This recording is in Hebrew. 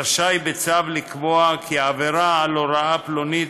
רשאי לקבוע בצו כי עבירה על הוראה פלונית